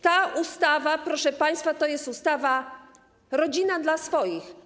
Ta ustawa, proszę państwa, to jest ustawa dla rodziny, dla swoich.